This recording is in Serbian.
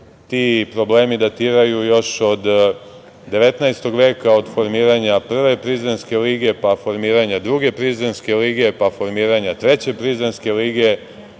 Ti problemi datiraju još od 19. veka, od formiranja Prve prizrenske lige, pa formiranja Druge prizrenske lige, pa formiranja Treće prizrenske lige,